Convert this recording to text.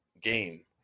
game